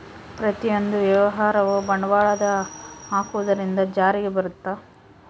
ಪ್ರತಿಯೊಂದು ವ್ಯವಹಾರವು ಬಂಡವಾಳದ ಹಾಕುವುದರಿಂದ ಜಾರಿಗೆ ಬರುತ್ತ